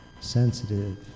sensitive